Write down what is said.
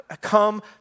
come